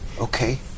Okay